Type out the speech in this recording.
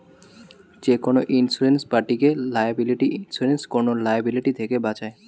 যেকোনো ইন্সুরেন্স পার্টিকে liability insurance কোন লায়াবিলিটি থেকে বাঁচায়